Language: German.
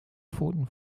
pfoten